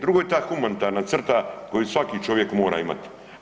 Drugo je ta humanitarna crta koju svaki čovjek mora imati.